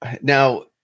now